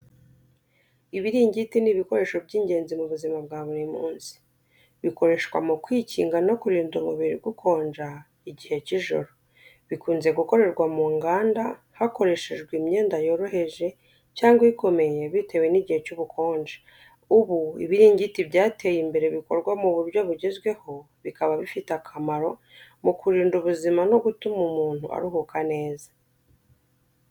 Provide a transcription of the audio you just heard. Ibiringiti ni ibikoresho by’ingenzi mu buzima bwa buri munsi, bikoreshwa mu kwikinga no kurinda umubiri gukonja igihe cy’ijoro. Bikunze gukorerwa mu nganda, hakoreshejwe imyenda yoroheje cyangwa ikomeye bitewe n’igihe cy’ubukonje. Ubu, ibiringiti byateye imbere bikorwa mu buryo bugezweho, bikaba bifite akamaro mu kurinda ubuzima no gutuma umuntu aruhuka neza.